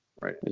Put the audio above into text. right